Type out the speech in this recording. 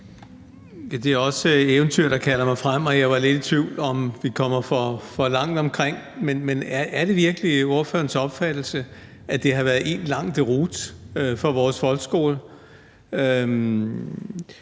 Det er også eventyret, der kalder mig frem. Jeg var lidt i tvivl om, om vi kommer for langt omkring. Men er det virkelig ordførerens opfattelse, at det har været en lang deroute for vores folkeskole?